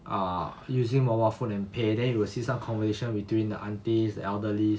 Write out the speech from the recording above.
ah using mobile phone and pay day you will see some conversation between the aunties the elderly